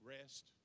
rest